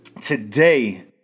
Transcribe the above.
today